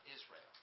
Israel